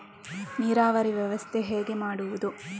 ನೀರಾವರಿ ವ್ಯವಸ್ಥೆ ಹೇಗೆ ಮಾಡುವುದು?